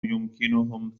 يمكنهم